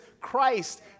Christ